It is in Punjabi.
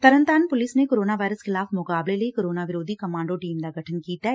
ਤਰਨਤਾਰਨ ਪੁਲਿਸ ਨੇ ਕੋਰੋਨਾ ਵਾਇਰਸ ਖਿਲਾਫ਼ ਮੁਕਾਬਲੇ ਲਈ ਕੋਰੋਨਾ ਵਿਰੋਧੀ ਕਮਾਂਡੋ ਟੀਮ ਦਾ ਗਠਨ ਕੀਤੈ